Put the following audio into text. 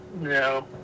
No